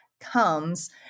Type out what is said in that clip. comes